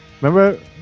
Remember